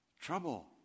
trouble